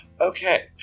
Okay